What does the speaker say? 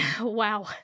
wow